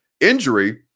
injury